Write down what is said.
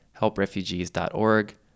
HelpRefugees.org